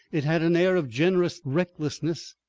it had an air of generous recklessness.